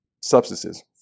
substances